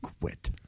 quit